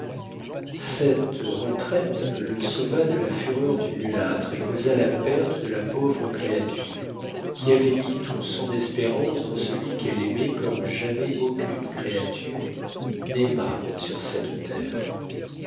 cette retraite le sauva de la fureur du mulâtre et causa la perte de la pauvre créature qui avait mis toute son espérance dans celui qu'elle aimait comme jamais aucune créature n'aima sur cette terre